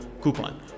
coupon